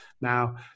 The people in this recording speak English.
Now